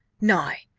nay,